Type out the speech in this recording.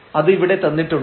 അത് ഇവിടെ തന്നിട്ടുണ്ട്